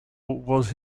was